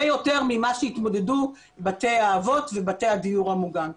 יותר ממה שהתמודדו בתי האבות ובתי הדיור המוגן.